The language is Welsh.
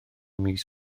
mis